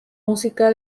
música